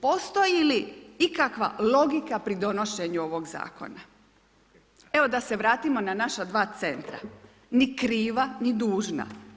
Postoji li ikakva logika pri donošenju ovog zakona, evo da se vratimo na naša dva centra ni kriva ni dužna.